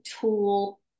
tool